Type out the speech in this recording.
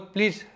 Please